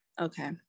Okay